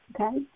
okay